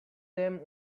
them